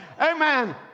Amen